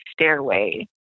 stairway